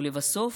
ולבסוף,